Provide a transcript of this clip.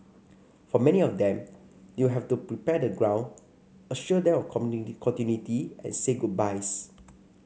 for many of them they will have to prepare the ground assure them of continuity and say goodbyes